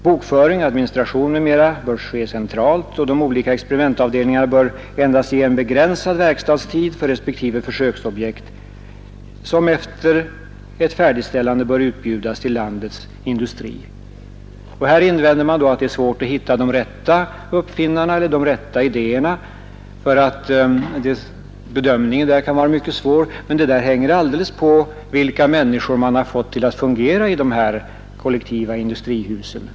Bokföring, administration m.m. bör ske centralt, och de olika experimentavdelningarna bör endast ge begränsad verkstadstid för respektive försöksprojekt, vilket snarast efter färdigställandet bör utbjudas till landets industri. Någon gör nu kanske invändningen att det är svårt att finna de rätta uppfinnarna och idéerna, eftersom denna bedömning kan vara mycket svår att göra, men det beror helt på vilka ledande människor man får att fungera i de kollektiva industrihusen.